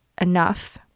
enough